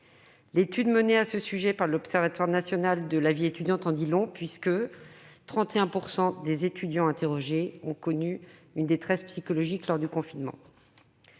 L'étude menée à ce sujet par l'Observatoire national de la vie étudiante en dit long : 31 % des étudiants interrogés ont connu une détresse psychologique lors du confinement.